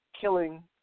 killing